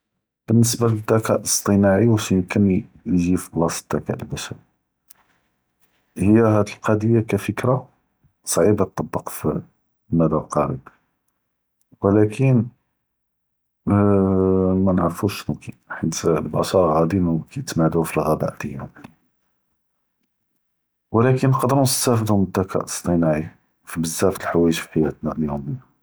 באלניסבה לד’קה אלאסתנאי, ואש ימקין יג’י פבלאסה ד’קה אלאסתנאי? היא האד אלקצ’יה כפקרה סכ’יבה תטביק פאלמדה אלקריב, ולאכן מא נعرفוש אשנו מומקין, חית בבסיטה האדא מומקין נתמדאו פ אלגעבא דיאלנא, ולאכן נקדרו נסתאפדו מן אלד’קה אלאסתנאי פ בזאף חואיג’.